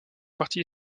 parti